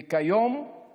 וכיום הוא